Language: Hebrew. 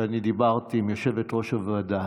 ואני דיברתי עם יושבת-ראש הוועדה,